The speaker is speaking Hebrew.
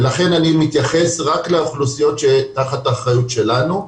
ולכן אני מתייחס רק לאוכלוסיות תחת האחריות שלנו,